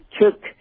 took